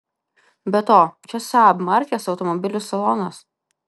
be to čia saab markės automobilių salonas